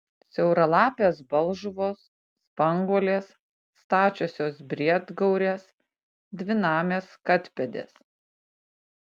siauralapės balžuvos spanguolės stačiosios briedgaurės dvinamės katpėdės